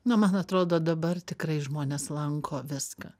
na man atrodo dabar tikrai žmonės lanko viską